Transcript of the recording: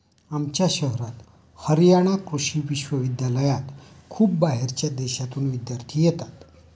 आमच्या शहरात हरयाणा कृषि विश्वविद्यालयात खूप बाहेरच्या देशांतून विद्यार्थी येतात